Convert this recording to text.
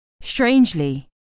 Strangely